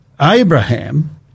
Abraham